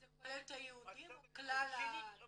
זה כולל את היהודים או כלל האוכלוסייה?